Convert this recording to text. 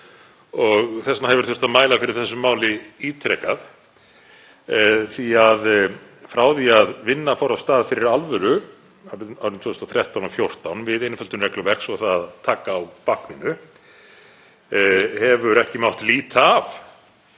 og þess vegna hefur þurft að mæla fyrir þessu máli ítrekað, því að frá því að vinna fór af stað fyrir alvöru árið 2013 og 2014 við einföldun regluverks og að taka á bákninu hefur ekki mátt líta af